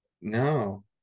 No